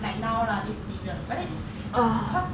like now lah this period but then cause